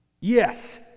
Yes